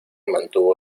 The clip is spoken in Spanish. mantuvo